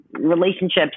relationships